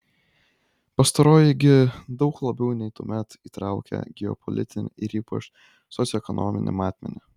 pastaroji gi daug labiau nei tuomet įtraukia geopolitinį ir ypač socioekonominį matmenį